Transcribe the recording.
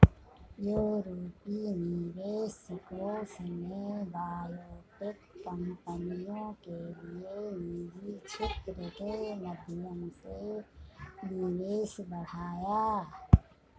यूरोपीय निवेश कोष ने बायोटेक कंपनियों के लिए निजी क्षेत्र के माध्यम से निवेश बढ़ाया